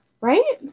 right